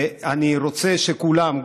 ואני רוצה שכולם,